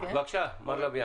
בבקשה, מר לביאן.